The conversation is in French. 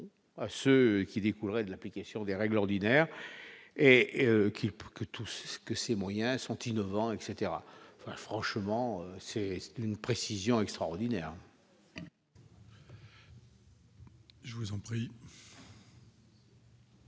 à ceux qui découleraient de l'application des règles ordinaires et qu'il pour que tout ce que ces moyens sont innovants, etc, franchement c'est c'est une précision extraordinaire. Je vous en prie.